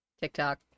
TikTok